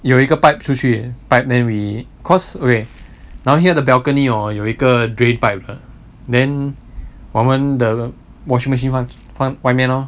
有一个 pipe 出去 pipe then we cause okay down here the balcony hor 有一个 drain pipe 的 then 我们 the washing machine [one] 放放外面 lor